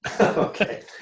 Okay